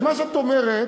אז מה שאת אומרת,